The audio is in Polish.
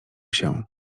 się